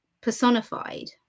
personified